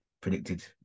predicted